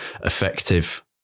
effective